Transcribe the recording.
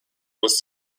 was